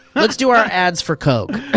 let's do our ads for coke.